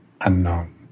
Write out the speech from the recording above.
unknown